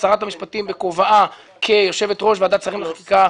שרת המשפטים בכובעה כשיושבת-ראש ועדת שרים לחקיקה,